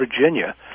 Virginia